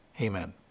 Amen